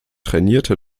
trainierte